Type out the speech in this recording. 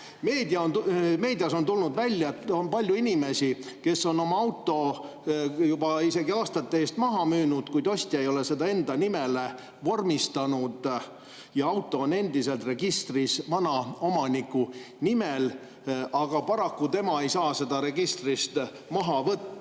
Meedias on tulnud välja, et on palju inimesi, kes on oma auto juba aastate eest maha müünud, kuid ostja ei ole seda enda nimele vormistanud ja auto on endiselt registris vana omaniku nimel, aga paraku ei saa tema seda registrist maha võtta.